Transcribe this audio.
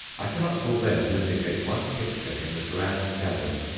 i cannot forbear to indicate one picture in the grand gallery.